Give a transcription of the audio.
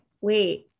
wait